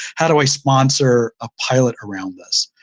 how do i sponsor a pilot around this?